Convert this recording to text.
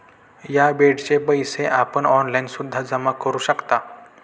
या बेडचे पैसे आपण ऑनलाईन सुद्धा जमा करू शकता